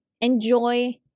enjoy